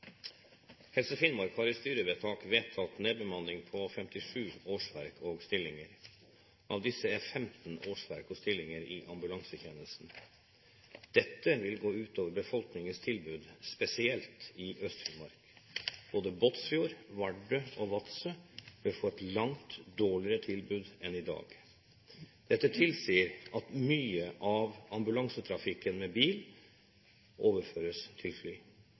stillinger i ambulansetjenesten. Dette vil gå ut over befolkningens tilbud, spesielt i Øst-Finnmark. Både Båtsfjord, Vardø og Vadsø vil få et langt dårligere tilbud enn i dag. Dette tilsier at mye av ambulansetrafikken med bil overføres til fly,